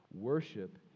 Worship